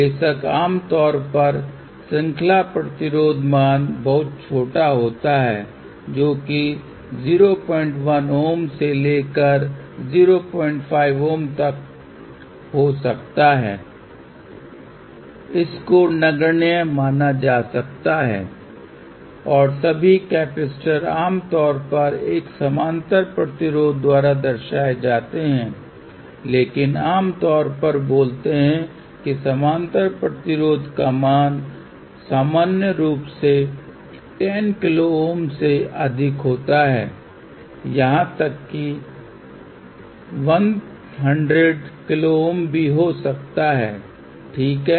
बेशक आमतौर पर श्रृंखला प्रतिरोध मान बहुत छोटा होता है जो कि 01 Ω से लेकर 05 Ω तक हो सकता है इसको नगण्य माना जा सकता है और सभी कैपेसिटर आमतौर पर एक समानांतर प्रतिरोध द्वारा दर्शाए जाते हैं लेकिन आमतौर पर बोलते हैं कि समानांतर प्रतिरोध का मान सामान्य रूप से 10 KΩ से अधिक होता हैं यहां तक कि 100 KΩ भी हो सकता है ठीक है